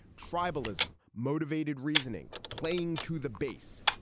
tribalism, motivated reasoning, playing to the base.